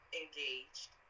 engaged